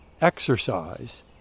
exercise